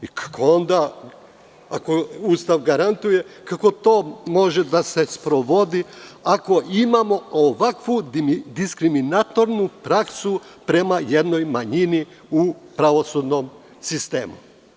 Ako Ustav garantuje, kako to može da se sprovodi ako imamo ovakvu diskriminatorsku praksu prema jednoj manjini u pravosudnom sistemu?